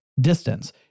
distance